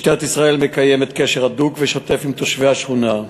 משטרת ישראל מקיימת קשר הדוק ושוטף עם תושבי השכונה.